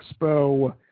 Expo